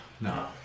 No